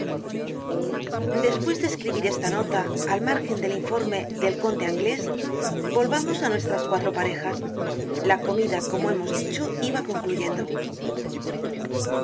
despues de escribir esta nota al márgen dél informe del conde anglés volvamos á nuestras cuatro parejas la comida como hemos dicho iba concluyendo